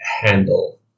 handle